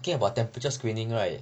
talking about temperature screening right